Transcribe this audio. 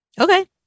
Okay